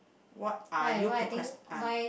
what are you procrastinate ah